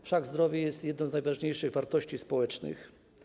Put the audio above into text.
Wszak zdrowie jest jedną z najważniejszych wartości społecznych.